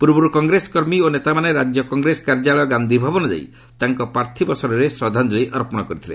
ପୂର୍ବରୁ କଂଗ୍ରେସ କର୍ମୀ ଓ ନେତାମାନେ ରାଜ୍ୟ କଂଗ୍ରେସ କାର୍ଯ୍ୟାଳୟ ଗାନ୍ଧିଭବନ ଯାଇ ତାଙ୍କ ପାର୍ଥିବ ଶରୀରରେ ଶ୍ରଦ୍ଧାଞ୍ଜଳୀ ଅର୍ପଣ କରିଥିଲେ